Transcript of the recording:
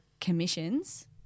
commissions